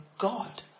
God